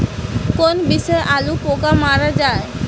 কোন বিষে আলুর পোকা মারা যায়?